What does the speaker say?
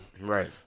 Right